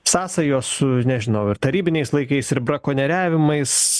sąsajos su nežinau ir tarybiniais laikais ir brakonieriavimais